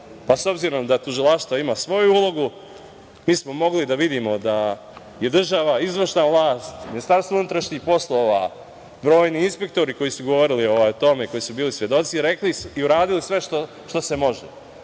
obzirom da tužilaštvo ima svoju ulogu, mi smo mogli da vidimo da je država izvršna vlast, Ministarstvo unutrašnjih poslova, brojni inspektori koji su govorili o tome, koji su bili svedoci, rekli su i uradili sve što se može.U